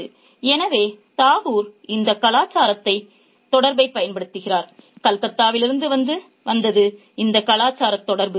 'எனவே தாகூர் இந்தக் கலாச்சாரத் தொடர்பைப் பயன்படுத்துகிறார் கல்கத்தாவிலிருந்து வந்தது இந்த கலாச்சாரத் தொடர்பு